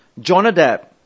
Jonadab